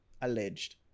alleged